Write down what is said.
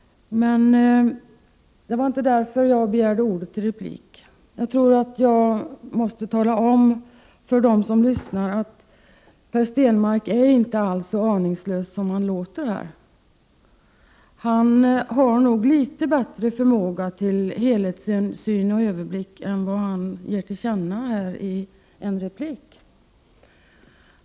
Men det var inte för att säga detta som jag begärde replik. Jag tror att jag måste tala om för dem som lyssnar att Per Stenmarck inte alls är så aningslös som han låter. Han har nog litet bättre förmåga till helhetssyn och överblick än vad han låter komma till uttryck här i en replik.